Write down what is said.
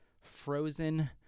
frozen